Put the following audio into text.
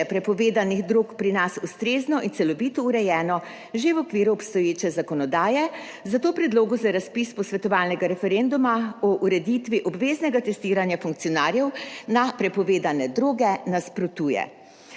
prepovedanih drog pri nas ustrezno in celovito urejeno že v okviru obstoječe zakonodaje, zato predlogu za razpis posvetovalnega referenduma o ureditvi obveznega testiranja funkcionarjev na prepovedane droge nasprotuje.